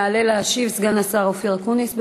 יעלה להשיב סגן השר אופיר אקוניס.